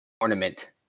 ornament